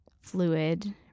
fluid